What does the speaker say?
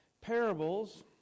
parables